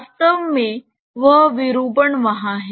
वास्तव में वह विरूपण वहाँ है